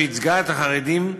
שייצגה את החרדים,